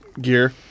gear